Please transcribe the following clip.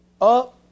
up